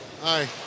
Hi